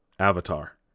Avatar